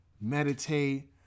meditate